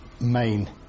main